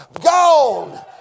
gone